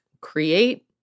create